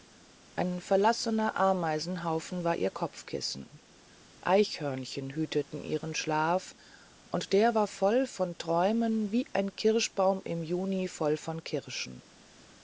ein verlassener ameisenhaufen war ihr kopfkissen eichhörnchen hüteten ihren schlaf und der war voll von träumen wie ein kirschbaum im juni voll von kirschen